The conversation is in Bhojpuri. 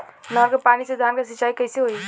नहर क पानी से धान क सिंचाई कईसे होई?